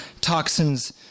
Toxins